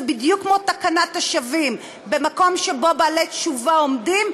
זה בדיוק כמו תקנת השבים: במקום שבו בעלי תשובה עומדים,